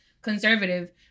conservative